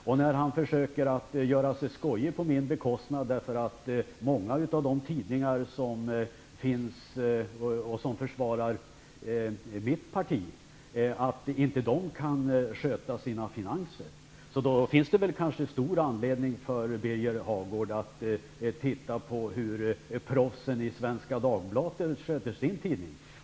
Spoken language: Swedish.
När Birger Hagård försöker göra sig skojig på min bekostnad med påståendet att många av de tidningar som försvarar mitt parti inte kan sköta sina finanser, finns det väl stor anledning för honom att titta på hur proffsen i Svenska Dagbladet sköter sin tidning.